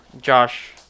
Josh